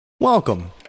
Welcome